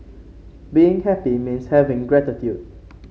being happy means having gratitude